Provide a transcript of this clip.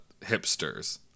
hipsters